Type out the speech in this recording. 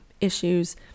issues